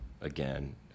again